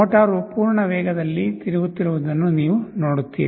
motor ಪೂರ್ಣ ವೇಗದಲ್ಲಿ ತಿರುಗುತ್ತಿರುವುದನ್ನು ನೀವು ನೋಡುತ್ತೀರಿ